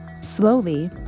Slowly